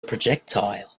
projectile